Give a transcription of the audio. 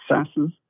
successes